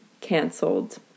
canceled